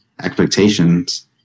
expectations